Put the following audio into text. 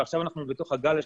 ועכשיו אנחנו בתוך הגל השלישי.